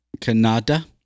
Canada